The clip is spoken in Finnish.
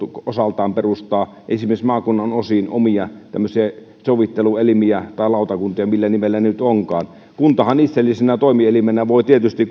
osaltaan perustaa esimerkiksi osin maakunnan omia tämmöisiä sovitteluelimiä tai lautakuntia millä nimellä ne nyt ovatkaan kuntahan itsenäisenä toimijana voi tietysti